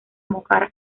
mojar